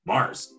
Mars